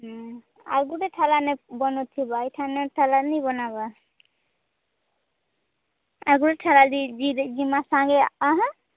ଉଁ ଆଉ ଗୋଟେ ଠେଲା ନେ ବନାଉ ଥିବା ଏଇ ଠାନେ ଠେଲା ନି ବନାବା ଆଗରୁ ଛାଡ଼ି ଯିବାଁ ସାଙ୍ଗେ ଆହାଁ